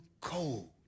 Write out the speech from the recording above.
cold